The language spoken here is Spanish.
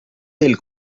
del